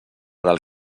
del